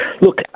Look